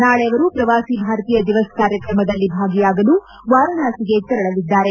ನಾಳೆ ಅವರು ಪ್ರವಾಸಿ ಭಾರತೀಯ ದಿವಸ್ ಕಾರ್ಯಕ್ರಮದಲ್ಲಿ ಭಾಗಿಯಾಗಲು ವಾರಾಣಸಿಗೆ ತೆರಳಲಿದ್ದಾರೆ